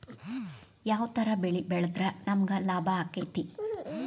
ಯಾವ ತರ ಬೆಳಿ ಬೆಳೆದ್ರ ನಮ್ಗ ಲಾಭ ಆಕ್ಕೆತಿ?